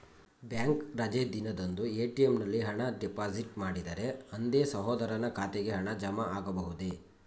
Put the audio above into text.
Bank ರಜೆ ದಿನದಂದು ATM ನಲ್ಲಿ ಹಣ ಡಿಪಾಸಿಟ್ ಮಾಡಿದರೆ ಅಂದೇ ಸಹೋದರನ ಖಾತೆಗೆ ಹಣ ಜಮಾ ಆಗಬಹುದೇ?